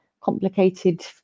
complicated